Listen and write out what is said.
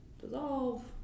dissolve